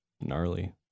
gnarly